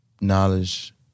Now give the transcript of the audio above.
knowledge